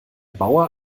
bauer